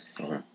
Okay